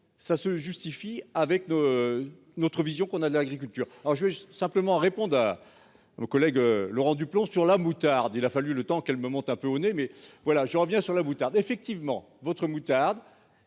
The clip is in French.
ça se justifie avec nos. Notre vision qu'on a de l'agriculture. Alors je simplement répondent à. Vos collègues Laurent Duplomb sur la moutarde. Il a fallu le temps qu'elle me monte un peu au nez mais voilà. Je reviens sur la moutarde effectivement votre moutarde.